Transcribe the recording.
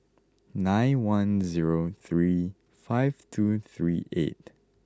nine one zero three five two three eight